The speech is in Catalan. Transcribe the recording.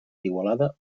igualada